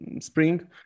spring